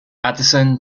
addison